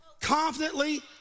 confidently